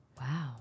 Wow